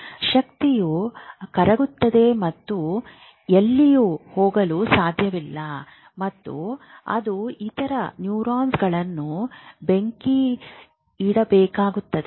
ಶಕ್ತಿಯು ಕರಗುತ್ತದೆ ಅದು ಎಲ್ಲಿಯೂ ಹೋಗಲು ಸಾಧ್ಯವಿಲ್ಲ ಮತ್ತು ಅದು ಇತರ ನ್ಯೂರಾನ್ಗಳನ್ನು ಬೆಂಕಿಯಿಡಬೇಕಾಗುತ್ತದೆ